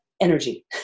energy